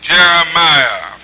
Jeremiah